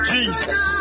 Jesus